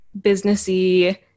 businessy